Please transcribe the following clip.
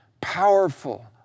powerful